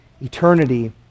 eternity